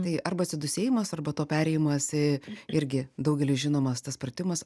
tai arba atsidūsėjimas arba to perėjimas irgi daugeliui žinomas tas pratimas